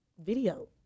Video